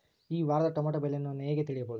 ಈ ವಾರದ ಟೊಮೆಟೊ ಬೆಲೆಯನ್ನು ನಾನು ಹೇಗೆ ತಿಳಿಯಬಹುದು?